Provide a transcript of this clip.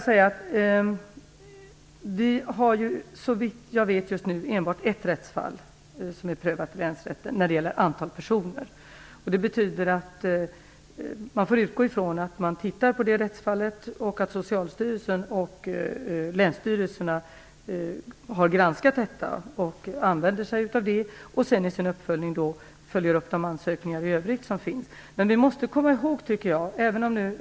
Såvitt jag vet är enbart ett rättsfall prövat i länsrätten när det gäller antal personer. Vi får utgå ifrån att man tittar på det rättsfallet och att Socialstyrelsen och länsstyrelserna har granskat det och använder sig av det, och sedan i sin uppföljning följer upp de ansökningar som finns i övrigt.